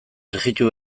frijitu